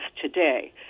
today